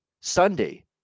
Sunday